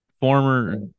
Former